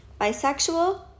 Bisexual